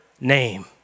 name